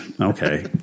Okay